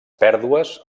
pèrdues